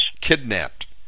kidnapped